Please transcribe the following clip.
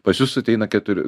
pas jus ateina keturi